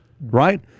right